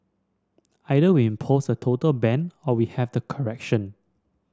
either we impose a total ban or we have the correction